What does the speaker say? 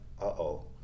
uh-oh